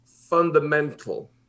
fundamental